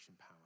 power